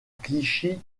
clichy